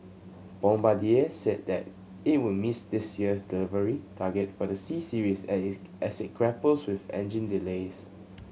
Bombardier said that it would miss this year's delivery target for the C Series as it grapples with engine delays